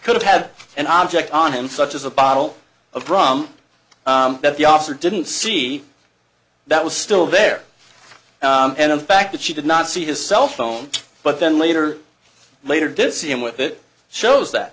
could have had an object on him such as a bottle of rum that the officer didn't see that was still there and in fact that she did not see his cell phone but then later later did see him with it shows that